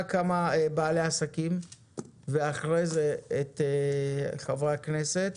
נשמע כמה בעלי עסקים ואחרי זה את חברי הכנסת.